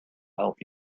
help